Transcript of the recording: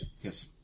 Yes